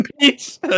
piece